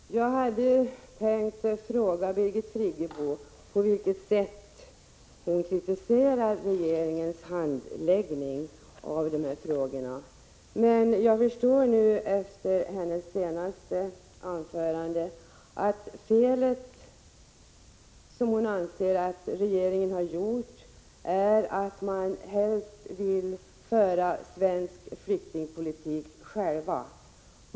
Herr talman! Jag hade tänkt fråga Birgit Friggebo vad det är i regeringens sätt att handlägga de här frågorna som hon kritiserar, men jag förstår nu efter hennes senaste inlägg att det fel hon anser att regeringen har gjort är att regeringen velat att vi skall föra svensk flyktingpolitik själva.